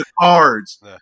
cards